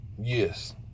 Yes